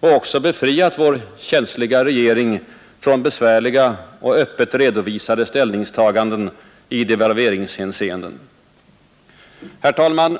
och också befriat vår känsliga regering från besvärliga, öppet redovisade ställningstaganden i devalveringshänseende. Herr talman!